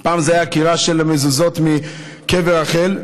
פעם זה היה עקירה של המזוזות מקבר רחל,